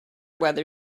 whether